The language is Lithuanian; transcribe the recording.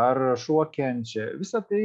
ar šuo kenčia visa tai